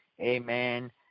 amen